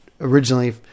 originally